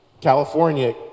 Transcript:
California